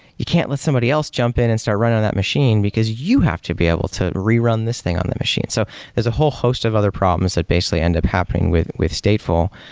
you can't let somebody else jump in and start running on that machine, because you have to be able to rerun this thing on the machine. so there's a whole host of other problems that basically end up happening with with statefull,